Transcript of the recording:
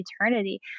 eternity